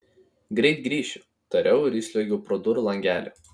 greit grįšiu tariau ir įsliuogiau pro durų langelį